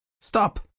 Stop